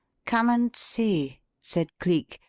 come and see! said cleek,